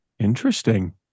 interesting